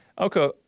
okay